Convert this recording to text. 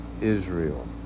Israel